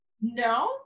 no